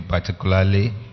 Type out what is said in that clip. particularly